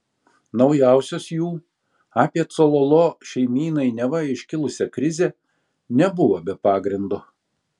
naujausios jų apie cololo šeimynai neva iškilusią krizę nebuvo be pagrindo